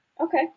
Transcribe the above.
Okay